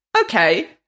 okay